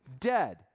dead